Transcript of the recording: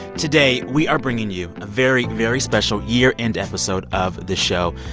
today, we are bringing you a very, very special year-end episode of the show.